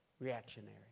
reactionary